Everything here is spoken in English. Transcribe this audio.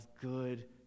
good